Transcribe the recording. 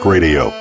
Radio